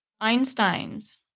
Einstein's